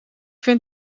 vind